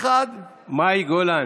מאי גולן.